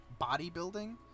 bodybuilding